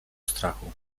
strachu